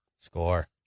Score